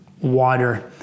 water